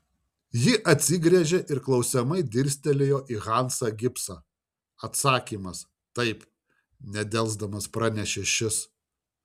ji atsigręžė ir klausiamai dirstelėjo į hansą gibsą atsakymas taip nedelsdamas pranešė šis